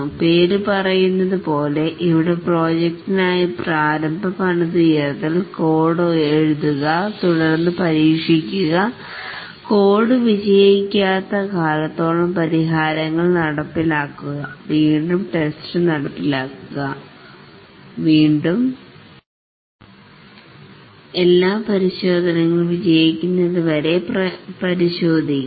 പേര് പറയുന്നതുപോലെ ഇവിടെ പ്രോജക്ടിനായി പ്രാരംഭ പണിതുയർത്തൽ കോഡ് എഴുതുകതുടർന്ന് പരീക്ഷിക്കുക കോഡ് വിജയിക്കാത്ത കാലത്തോളം പരിഹാരങ്ങൾ നടപ്പിലാക്കുക വീണ്ടും ടെസ്റ്റ് നടപ്പിലാക്കുക വീണ്ടും എല്ലാ പരിശോധനകളും വിജയിക്കുന്നത് വരെ പരിശോധിക്കുക